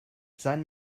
sein